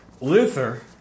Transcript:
Luther